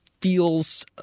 feels